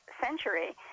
century